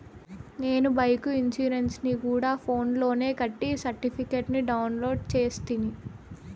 నేను బైకు ఇన్సూరెన్సుని గూడా ఫోన్స్ లోనే కట్టి సర్టిఫికేట్ ని డౌన్లోడు చేస్తిని